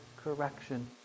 correction